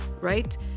right